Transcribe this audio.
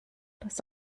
das